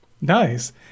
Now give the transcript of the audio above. Nice